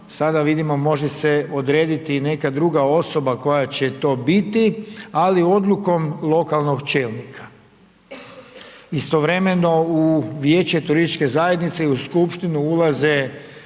sada vidimo može se odrediti i neka druga osoba koja će to biti ali odlukom lokalnog čelnika. Istovremeno u vijeće turističke zajednice i u skupštinu ulaze